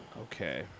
Okay